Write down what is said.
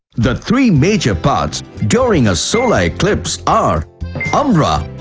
the three major parts during a solar eclipse are umbra,